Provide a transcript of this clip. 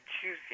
Tuesday